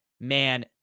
man